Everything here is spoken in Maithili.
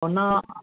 ओना